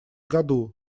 году